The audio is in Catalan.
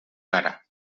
cara